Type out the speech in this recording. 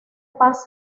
paz